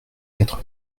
quatre